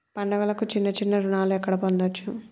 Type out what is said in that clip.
పండుగలకు చిన్న చిన్న రుణాలు ఎక్కడ పొందచ్చు?